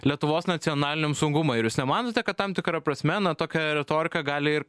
lietuvos nacionaliniam saugumui ar jūs nemanote kad tam tikra prasme na tokia retorika gali ir